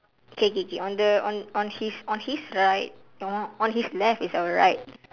K K K on the on on his on his right ugh on his left is our right